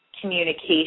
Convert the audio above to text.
Communication